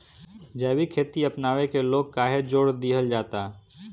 जैविक खेती अपनावे के लोग काहे जोड़ दिहल जाता?